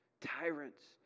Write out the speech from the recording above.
tyrants